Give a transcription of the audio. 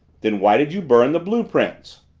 then why did you burn the blue-prints?